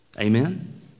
Amen